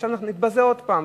עכשיו אנחנו נתבזה עוד פעם.